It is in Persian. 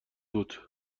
بود